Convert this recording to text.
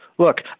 Look